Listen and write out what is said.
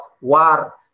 war